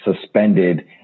suspended